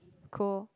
cool